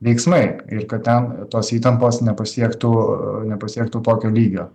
veiksmai ir kad ten tos įtampos nepasiektų nepasiektų tokio lygio